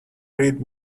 read